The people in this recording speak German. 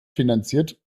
finanziert